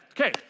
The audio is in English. Okay